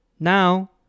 now